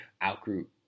out-group